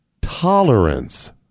Tolerance